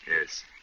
Yes